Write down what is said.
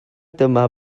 dyma